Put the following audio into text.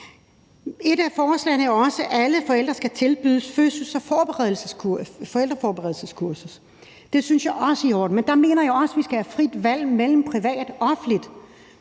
Et af forslagene er jo også, at alle forældre skal tilbydes fødsels- og forældreforberedelseskurser. Det synes jeg også er i orden, men der mener jeg også, at vi skal have frit valg mellem privat og offentligt.